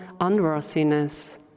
unworthiness